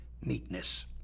meekness